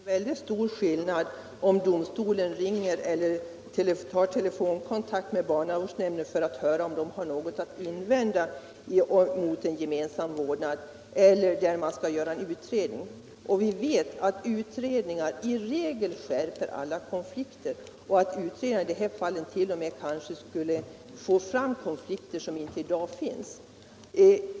Herr talman! Det är väldigt stor skillnad om domstolen tar telefonkontakt med barnavårdsnämnden för att höra om den har något att invända mot en gemensam vårdnad eller om man skall göra en utredning. Vi vet att utredningar i regel skärper alla konflikter och att utredningar i de här fallen kanske t.o.m. skulle få fram konflikter som i dag inte finns.